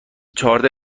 چهارده